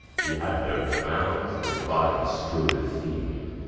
we have their crowns their bodies strow the field.